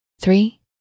three